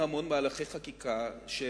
למהלכי חקיקה רבים מאוד,